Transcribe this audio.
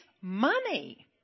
money